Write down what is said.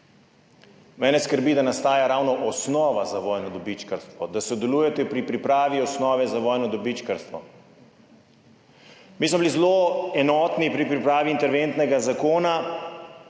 Mene skrbi, da nastaja ravno osnova za vojno dobičkarstvo, da sodelujete pri pripravi osnove za vojno dobičkarstvo. Mi smo bili zelo enotni pri pripravi interventnega zakona.